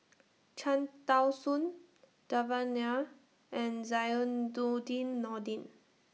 Cham Tao Soon Devan Nair and Zainudin Nordin